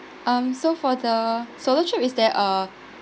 um so for the solo trip is there a